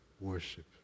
Worship